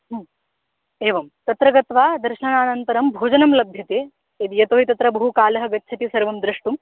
एवं तत्र गत्वा दर्शनानन्तरं भोजनं लभ्यते यदि यतो हि तत्र बहुकालः गच्छति सर्वं द्रष्टुं